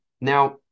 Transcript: now